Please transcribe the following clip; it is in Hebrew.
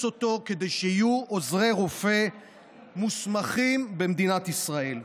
אותו כדי שיהיו עוזרי רופא מוסמכים במדינת ישראל.